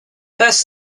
best